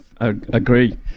agree